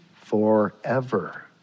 forever